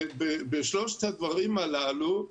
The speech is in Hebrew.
בשלושת הדברים הללו,